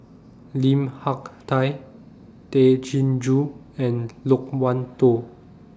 Lim Hak Tai Tay Chin Joo and Loke Wan Tho